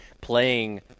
playing –